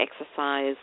exercise